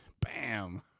Bam